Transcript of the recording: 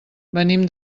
venim